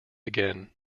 again